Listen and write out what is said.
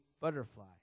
butterfly